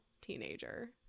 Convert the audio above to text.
teenager